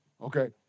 Okay